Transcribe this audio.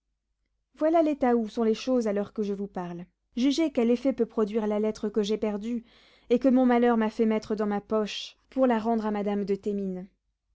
voilà l'état où sont les choses à l'heure que je vous parle jugez quel effet peut produire la lettre que j'ai perdue et que mon malheur m'a fait mettre dans ma poche pour la rendre à madame de thémines